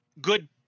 good